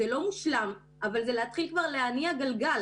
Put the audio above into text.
זה לא מושלם, אבל זה להתחיל כבר להניע גלגל.